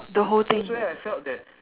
the whole thing